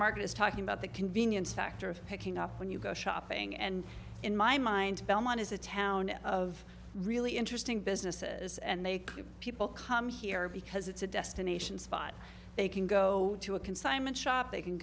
market is talking about the convenience factor of picking up when you go shopping and in my mind belmont is a town of really interesting businesses and they have people come here because it's a destination spot they can go to a consignment shop they can